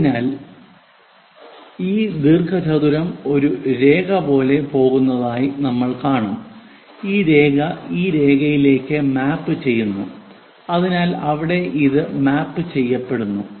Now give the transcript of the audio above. അതിനാൽ ഈ ദീർഘചതുരം ഒരു രേഖ പോലെ പോകുന്നതായി നമ്മൾ കാണും ഈ രേഖ ഈ രേഖയിലേക്ക് മാപ്പ് ചെയ്യുന്നു അതിനാൽ അവിടെ ഇത് മാപ്പ് ചെയ്യപ്പെടുന്നു